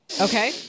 Okay